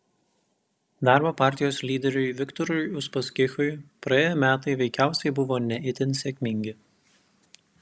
darbo partijos lyderiui viktorui uspaskichui praėję metai veikiausiai buvo ne itin sėkmingi